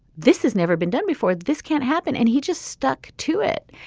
this has never been done before. this can't happen. and he just stuck to it.